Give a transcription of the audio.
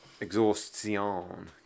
Exhaustion